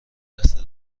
نسل